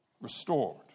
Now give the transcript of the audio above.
restored